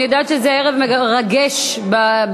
אני יודעת שזה ערב מרגש לכולם,